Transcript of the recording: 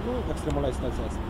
nu ekstremaliai situacijai esant